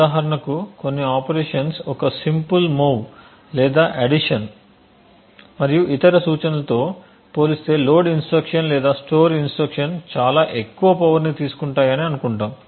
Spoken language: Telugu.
ఉదాహరణకు కొన్ని ఆపరేషన్స్ ఒక సింపుల్ మూవ్ లేదా అడిషన్ మరియు ఇతర సూచనలతో పోలిస్తే లోడ్ ఇన్స్ట్రక్షన్ లేదా స్టోర్ ఇన్స్ట్రక్షన్చాలా ఎక్కువ పవర్ ని తీసుకుంటాయని అనుకుంటాము